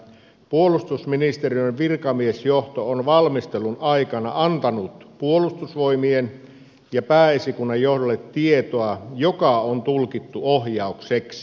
puolustusministeriön virkamiesjohto on valmistelun aikana antanut puolustusvoimien ja pääesikunnan johdolle tietoa joka on tulkittu ohjaukseksi